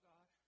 God